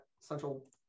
central